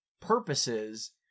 purposes